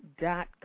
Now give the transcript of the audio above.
dot